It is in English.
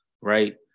right